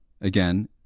again